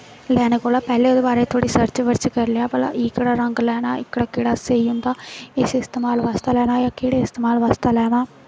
लैने कोला दा पैह्लें एह्दे बारे च थोह्ड़ा सर्च करी लैनी भला एह्कड़ा रंग लैनां एह्कड़ा केह्ड़ा स्हेई होंदा इस किस इस्तेमाल आस्तै लैना